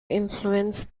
influenced